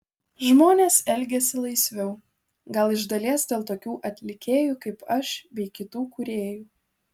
žmonės elgiasi laisviau gal iš dalies dėl tokių atlikėjų kaip aš bei kitų kūrėjų